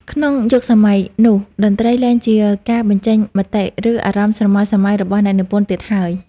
ក្នុងយុគសម័យនោះ តន្ត្រីលែងជាការបញ្ចេញមតិ ឬអារម្មណ៍ស្រមើស្រមៃរបស់អ្នកនិពន្ធទៀតហើយ។